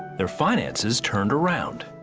their finances turned around.